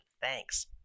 thanks